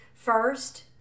First